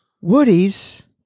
Woody's